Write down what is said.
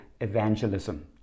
evangelism